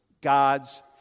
God's